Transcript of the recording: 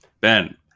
Ben